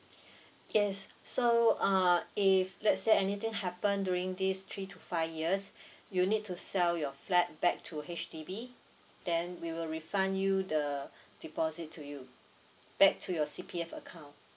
yes so uh if let's say anything happen during these three to five years you need to sell your flat back to H_D_B then we will refund you the deposit to you back to your C_P_F account